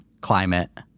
climate